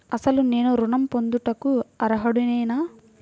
అసలు నేను ఋణం పొందుటకు అర్హుడనేన?